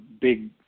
big